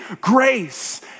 grace